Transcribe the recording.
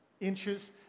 inches